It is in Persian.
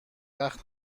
وقت